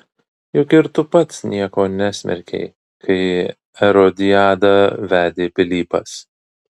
juk ir tu pats nieko nesmerkei kai erodiadą vedė pilypas